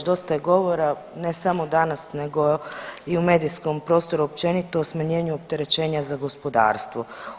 Dosta je govora ne samo danas nego i u medijskom prostoru općenito o smanjenju opterećenja za gospodarstvo.